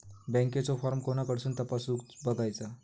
बँकेचो फार्म कोणाकडसून तपासूच बगायचा?